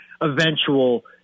eventual